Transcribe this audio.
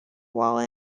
while